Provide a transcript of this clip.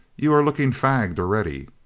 you are looking fagged already.